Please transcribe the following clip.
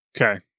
Okay